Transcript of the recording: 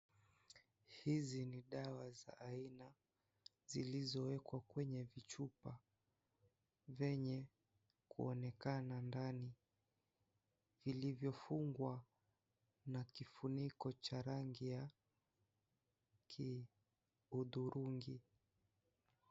Hizi ni dawa za aina zilizowekwa kwenye vichupa vyenye kuonekana ndani iliyofungwa na kifuniko cha rangi ya hudhurungi.